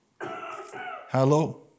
Hello